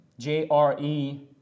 JRE